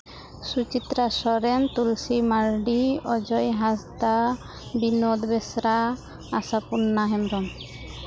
Suchitra Soren Tulsi Mardi Ajoy Hansda Binod Besra Asapurna Hembrom